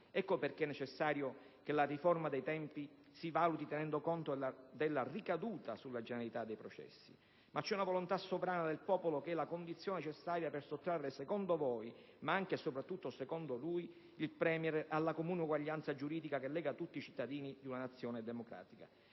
Ecco perché è necessario che la riforma dei tempi si valuti tenendo conto della ricaduta sulla generalità dei processi. Ma c'è una volontà sovrana del popolo che è la condizione necessaria per sottrarre, secondo voi, ma anche e soprattutto secondo lui, il *Premier* alla comune uguaglianza giuridica che lega tutti i cittadini di una Nazione democratica.